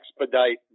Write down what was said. expedite